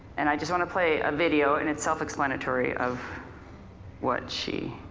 and i just want to play a video and it's self-explanatory of what she